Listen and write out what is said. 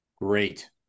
great